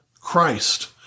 Christ